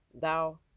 thou